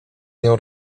nią